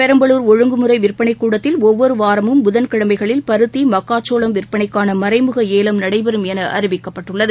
பெரம்பலூர் ஒழுங்குமுறை விற்பனைக் கூடத்தில் ஒவ்வொரு வாரமும் புதன்கிழமைகளில் பருத்தி மக்காச்சோளம் விற்பனைக்கான மறைமுக ஏலம் நடைபெறும் என அறிவிக்கப்பட்டுள்ளது